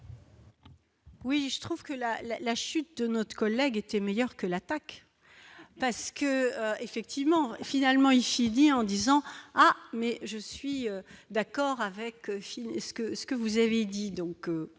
Oui, je trouve que la la la chute de notre collègue était meilleure que l'attaque parce que, effectivement, finalement, il finit en disant : ah mais je suis d'accord avec Philippe ce que ce